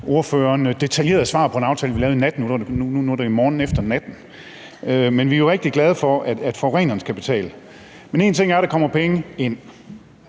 detaljeret svar på en aftale, vi lavede nu i nat, hvor det er morgenen efter, men vi er jo rigtig glade for, at forureneren skal betale. Men en ting er, at der kommer penge ind;